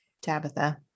Tabitha